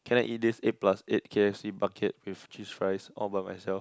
can I eat this eight plus eight k_f_c bucket with cheese fries all by myself